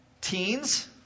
Teens